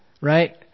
right